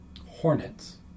hornets